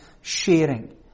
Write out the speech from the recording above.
sharing